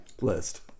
list